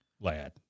lad